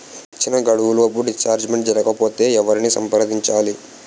ఇచ్చిన గడువులోపు డిస్బర్స్మెంట్ జరగకపోతే ఎవరిని సంప్రదించాలి?